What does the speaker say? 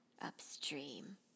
upstream